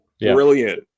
brilliant